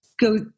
go